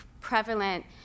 prevalent